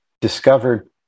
discovered